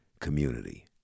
community